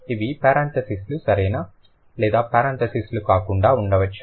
కాబట్టి ఇవి పారంతసిస్ లు సరేనా లేదా పారంతసిస్ లు కాకుండా ఉండవచ్చు